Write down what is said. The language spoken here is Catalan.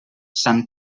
sant